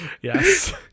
yes